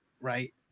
Right